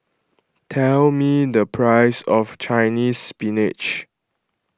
tell me the price of Chinese Spinach